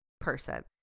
person